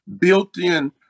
built-in